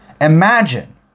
Imagine